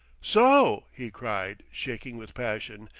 so! he cried, shaking with passion.